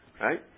right